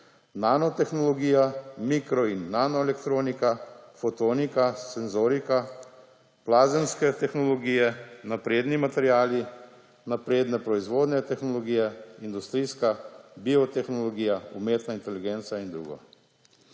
nanotehnologija, mikro- in nanoelektronika, fotonika, senzorika, plazemske tehnologije, napredni materiali, napredne proizvodne tehnologije, industrijska biotehnologija, umetna inteligenca in drugo.